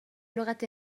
لغة